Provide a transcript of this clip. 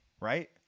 right